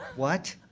what?